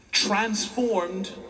transformed